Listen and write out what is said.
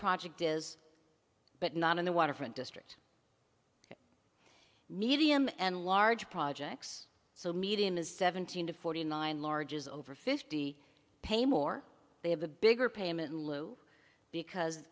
project is but not in the waterfront district medium and large projects so medium as seventeen to forty nine large is over fifty pay more they have a bigger payment in lieu because